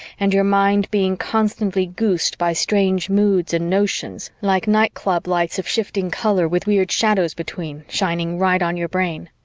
and your mind being constantly goosed by strange moods and notions, like nightclub lights of shifting color with weird shadows between shining right on your brain.